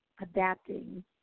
adapting